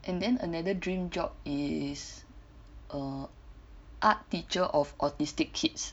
and then another dream job is err art teacher of autistic kids